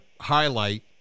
highlight